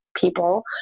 people